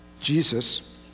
Jesus